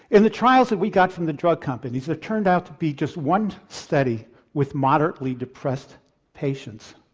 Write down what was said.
in the trials that we got from the drug companies it turned out to be just one study with moderately depressed patients.